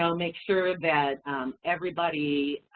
so make sure that everybody,